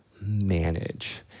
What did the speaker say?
manage